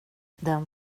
den